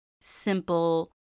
simple